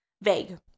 Vague